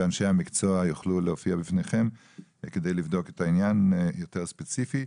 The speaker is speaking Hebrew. ואנשי המקצוע יוכלו להופיע בפניכם כדי לבדוק את העניין יותר ספציפית.